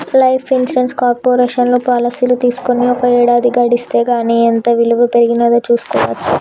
life insurance కార్పొరేషన్లో పాలసీలు తీసుకొని ఒక ఏడాది గడిస్తే గానీ ఎంత ఇలువ పెరిగినాదో చూస్కోవచ్చు